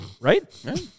Right